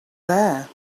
there